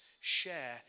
share